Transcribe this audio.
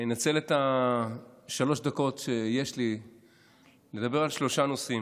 אני אנצל את שלוש הדקות שיש לי לדבר על שלושה נושאים: